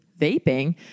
vaping